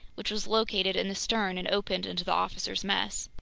which was located in the stern and opened into the officers' mess.